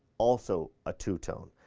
also ah two tone.